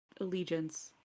allegiance